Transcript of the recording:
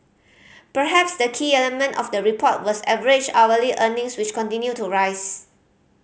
perhaps the key element of the report was average hourly earnings which continued to rise